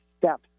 steps